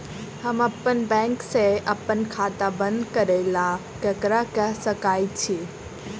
हम अप्पन बैंक सऽ अप्पन खाता बंद करै ला ककरा केह सकाई छी?